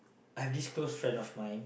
I have this close friend of mine